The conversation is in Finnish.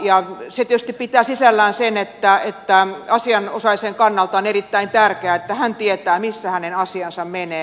se tietysti pitää sisällään sen että asianosaisen kannalta on erittäin tärkeää että hän tietää missä hänen asiansa menee